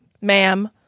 ma'am